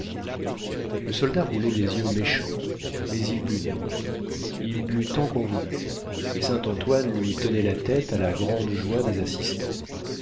le soldat roulait des yeux méchants mais il but néanmoins il but tant qu'on voulut et saint-antoine lui tenait la tête à la grande joie des assistants